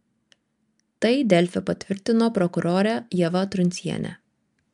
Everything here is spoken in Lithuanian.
tai delfi patvirtino prokurorė ieva truncienė